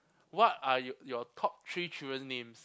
what are y~ your top three children names